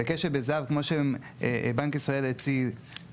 --- וזה"ב כמו שבנק ישראל הציג,